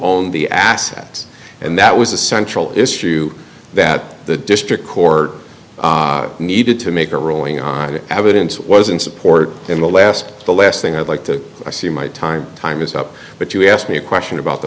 owned the assets and that was a central issue that the district court needed to make a ruling on the evidence was in support in the last the last thing i'd like to see my time time is up but you asked me a question about the